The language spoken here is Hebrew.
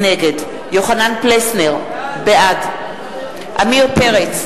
נגד יוחנן פלסנר, בעד עמיר פרץ,